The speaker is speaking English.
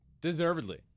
deservedly